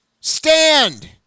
Stand